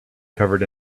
covered